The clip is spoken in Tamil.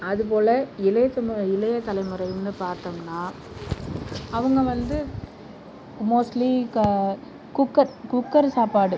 அதுபோல இளைய சமூ இளைய தலைமுறைனு பார்த்தோம்னா அவங்க வந்து மோஸ்ட்லி குக்கர் குக்கர் சாப்பாடு